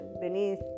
beneath